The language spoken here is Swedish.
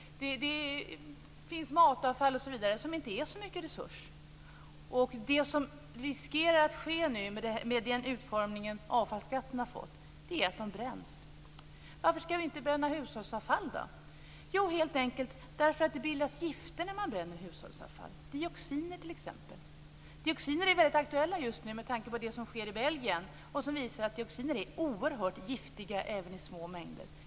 Det finns matavfall osv. som inte är så mycket resurs. Risken är nu, med den utformning som avfallsskatten har fått, att detta bränns. Varför skall vi då inte bränna hushållsavfall? Jo, helt enkelt därför att det bildas gifter när man bränner hushållsavfall, t.ex. dioxiner. Dioxiner är väldigt aktuella just nu med tanke på det som sker i Belgien. Det visar också att dioxiner är oerhört gifta även i små mängder.